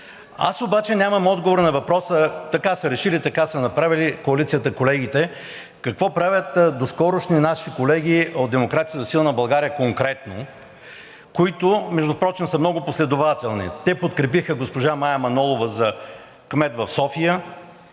Аз обаче нямам отговор на въпроса – така са решили, така са направили коалицията, колегите какво правят – доскорошни наши колеги от „Демократи за силна България“ конкретно, които между впрочем са много последователни. Те подкрепиха госпожа Мая Манолова за кмет на София,